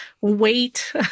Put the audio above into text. wait